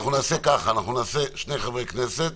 אנחנו נעבור לשני חברי כנסת